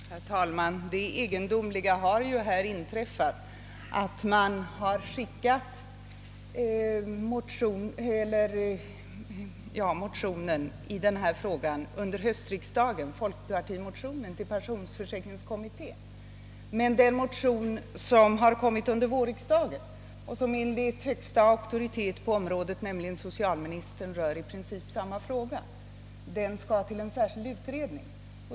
Herr talman! Det egendomliga har ju inträffat, nämligen att den folkpartimotion som väckts under höstriksdagen i denna fråga skickades till pensionsförsäkringskommittén, medan den motion, som väckts under vårriksdagen och som enligt den högsta auktoriteten på området, socialministern, i princip rör samma fråga, skall överlämnas till en sär skild utredning.